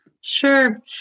Sure